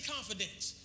Confidence